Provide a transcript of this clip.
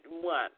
one